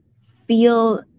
feel